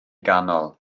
ganol